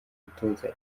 gutoza